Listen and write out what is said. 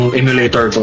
emulator